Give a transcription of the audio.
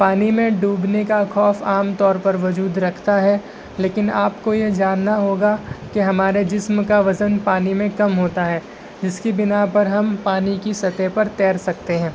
پانی میں ڈوبنے کا خوف عام طور پر وجود رکھتا ہے لیکن آپ کو یہ جاننا ہوگا کہ ہمارے جسم کا وزن پانی میں کم ہوتا ہے جس کی بنا پر ہم پانی کی سطح پر تیر سکتے ہیں